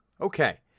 Okay